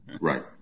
Right